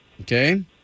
Okay